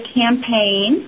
campaign